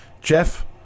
Jeff